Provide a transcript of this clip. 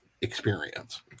experience